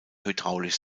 hydraulisch